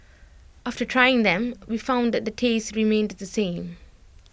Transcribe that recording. after trying them we found that the taste remained the same